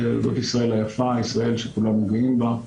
זה מדינת ישראל היפה, ישראל שכולנו גאים בה,